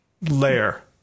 layer